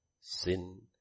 sin